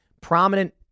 prominent